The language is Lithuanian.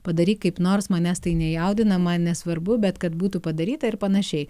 padaryk kaip nors manęs tai nejaudina man nesvarbu bet kad būtų padaryta ir panašiai